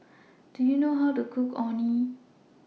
Do YOU know How to Cook Orh Nee